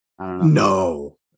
no